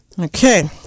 Okay